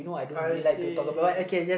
I see